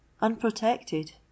unprotected